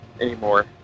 anymore